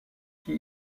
qui